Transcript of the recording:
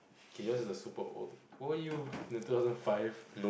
okay yours is the super old weren't you in two thousand five